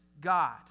God